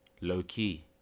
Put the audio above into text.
low-key